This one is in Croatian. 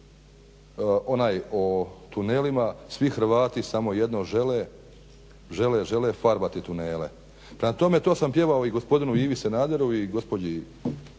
onaj o tunelima svi Hrvati samo jedno žele, žele, žele farbati tunele. Prema tome to sam pjevao i gospodinu Ivi Sanaderu i gospođi